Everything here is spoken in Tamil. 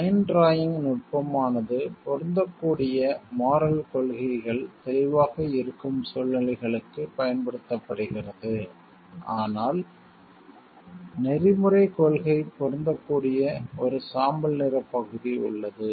லைன் ட்ராயிங் நுட்பம் ஆனது பொருந்தக்கூடிய மோரல் கொள்கைகள் தெளிவாக இருக்கும் சூழ்நிலைகளுக்குப் பயன்படுத்தப்படுகிறது ஆனால் நெறிமுறைக் கொள்கை பொருந்தக்கூடிய ஒரு சாம்பல் நிறப்பகுதி உள்ளது